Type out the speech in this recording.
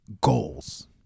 goals